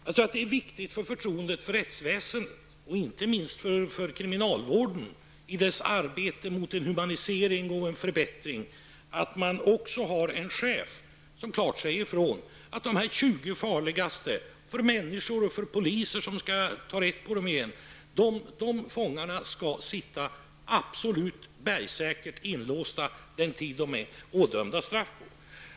Jag tror att det är viktigt för förtroendet för rättsväsendet. Inte minst är det viktigt för kriminalvården i dess arbete för en humanisering och förbättring att kriminalvården har en chef som klart säger ifrån att de här 20 farligaste fångarna -- farliga för allmänheten och för den polis som skall fånga in dem igen -- skall sitta absolut bergsäkert inlåsta den tid de är ådömda straff.